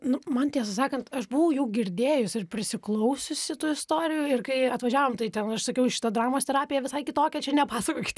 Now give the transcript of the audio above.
nu man tiesą sakant aš buvau jau girdėjusi ir prisiklausiusi tų istorijų ir kai atvažiavom tai ten aš sakiau šita dramos terapija visai kitokia čia nepasakokit